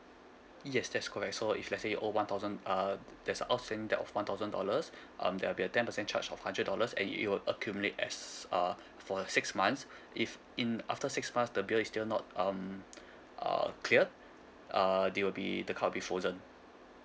yes that's correct so if let's say you owe one thousand uh th~ there's uh outstanding that of one thousand dollars um there'll be a ten percent charge of hundred dollars and it it will accumulate as uh for a six months if in after six months the bill is still not um uh clear uh there will be the card will be frozen